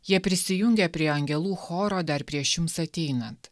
jie prisijungė prie angelų choro dar prieš jums ateinant